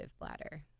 bladder